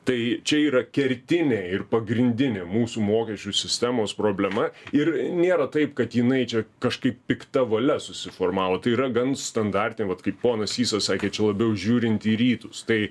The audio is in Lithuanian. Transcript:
tai čia yra kertinė ir pagrindinė mūsų mokesčių sistemos problema ir nėra taip kad jinai čia kažkaip pikta valia susiformavo tai yra gan standartinė vat kaip ponas sysas sakė čia labiau žiūrint į rytus tai